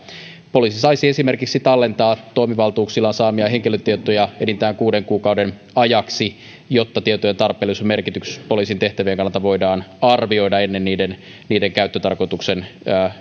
poliisi saisi esimerkiksi tallentaa toimivaltuuksillaan saamiaan henkilötietoja enintään kuuden kuukauden ajaksi jotta tietojen tarpeellisuus ja merkitys poliisin tehtävien kannalta voidaan arvioida ennen niiden niiden käyttötarkoituksesta tehtävää